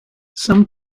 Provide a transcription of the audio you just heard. some